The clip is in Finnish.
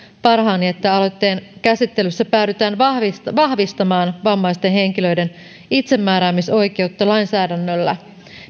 parhaani että aloitteen käsittelyssä päädytään vahvistamaan vahvistamaan vammaisten henkilöiden itsemääräämisoikeutta lainsäädännöllä